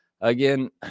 Again